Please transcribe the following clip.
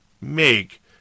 make